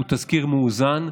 הוא תזכיר מאוזן.